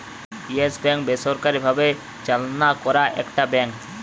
yes Bank বেসরকারি ভাবে চালনা করা একটা ব্যাঙ্ক